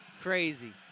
Crazy